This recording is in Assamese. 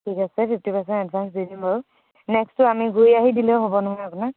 ঠিক আছে ফিফ্টী পাৰ্চেণ্ট এডভাঞ্চ দিম বাৰু নেক্সটো আমি ঘূৰি আহি দিলেও হ'ব নহয় আপোনাক